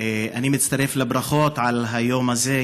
אני מצטרף לברכות על היום הזה,